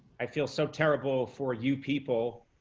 i feel so terrible for you people